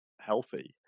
healthy